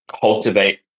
cultivate